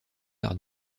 par